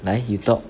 来 you talk